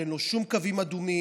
שאין לו שום קווים אדומים,